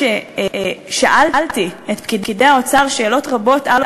מתנדבי היקרים בלשכה הלכו